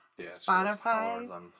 Spotify